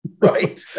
Right